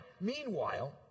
meanwhile